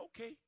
Okay